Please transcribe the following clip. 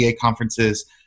conferences